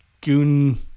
Goon